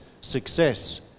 success